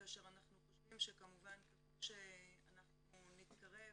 כאשר אנחנו חושבים שכמובן ככל שאנחנו נתקרב